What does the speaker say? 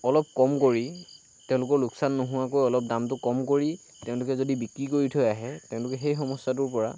অলপ কম কৰি তেওঁলোকৰ লোকচান নোহোৱাকৈ অলপ দামটো কম কৰি তেওঁলোকে যদি বিক্ৰী কৰি থৈ আহে তেওঁলোকে সমস্যাটোৰ পৰা